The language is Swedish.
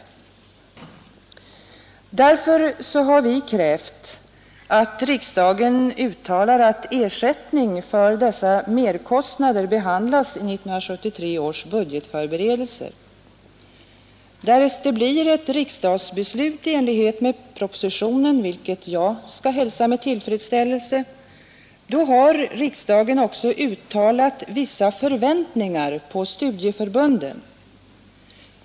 undervisning för Därför har vi krävt att riksdagen uttalar att ersättning för dessa invandrare merkostnader behandlas i 1973 års budgetförberedelser. Därest det blir ett riksdagsbeslut i enlighet med propositionen, vilket jag skall hälsa med tillfredsställelse, har riksdagen också uttalat vissa förväntningar på studieförbunden.